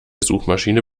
suchmaschiene